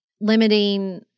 limiting